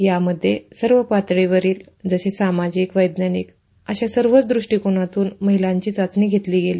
या मध्ये सर्व पातळीवरील जशी सामाजिक वैज्ञानिक अशा सर्वच दृष्टीकोनातून महिलांची चाचणी घेतली गेली